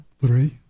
Three